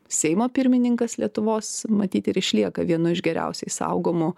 seimo pirmininkas lietuvos matyt ir išlieka vienu iš geriausiai saugomu